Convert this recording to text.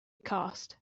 cast